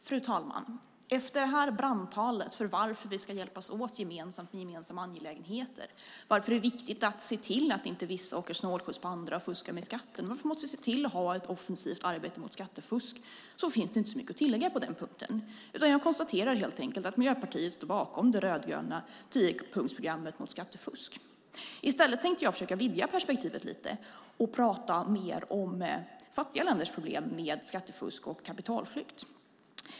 Fru talman! Efter detta brandtal för varför vi ska hjälpas åt gemensamt i gemensamma angelägenheter, varför det är viktigt att se till att vissa inte åker snålskjuts på andra och fuska med skatten och varför vi måste se till att ha ett offensivt arbete mot skattefusk finns det inte så mycket att tillägga på denna punkt. Jag konstaterar helt enkelt att Miljöpartiet står bakom det rödgröna tiopunktsprogrammet mot skattefusk. I stället tänker jag försöka vidga perspektivet lite och prata mer om fattiga länders problem med skattefusk och kapitalflykt.